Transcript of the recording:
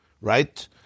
right